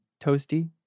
Toasty